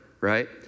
Right